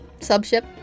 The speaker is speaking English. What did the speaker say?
subship